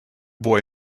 boy